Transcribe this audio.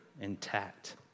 intact